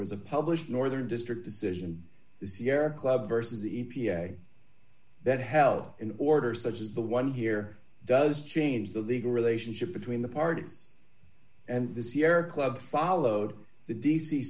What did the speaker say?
was a published northern district decision the sierra club versus the e p a that held in order such as the one here does change the legal relationship between the parties and the sierra club followed the d